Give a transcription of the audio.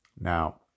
Now